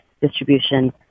distribution